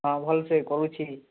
ହଁ ଭଲସେ କହୁଛି